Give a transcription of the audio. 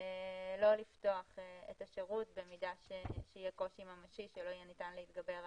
לא לפתוח את השירות במידה שיהיה קושי ממשי שלא יהיה ניתן להתגבר עליו.